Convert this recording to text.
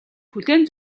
хүлээн